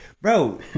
Bro